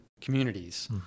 communities